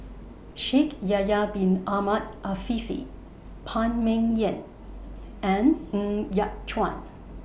Shaikh Yahya Bin Ahmed Afifi Phan Ming Yen and Ng Yat Chuan